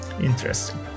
Interesting